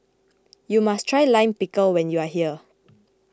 you must try Lime Pickle when you are here